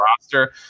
roster –